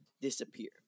disappear